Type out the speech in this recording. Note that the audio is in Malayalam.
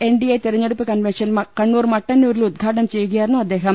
എൻഡിഎ തെരഞ്ഞെടുപ്പ് കൺവെൻഷൻ കണ്ണൂർ മട്ടന്നൂരിൽ ഉദ്ഘാ ടനം ചെയ്യുകയായിരുന്നു അദ്ദേഹം